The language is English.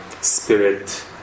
spirit